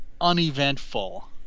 uneventful